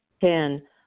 Ten